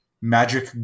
magic